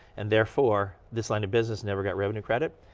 and therefore this line of business never get revenue credit.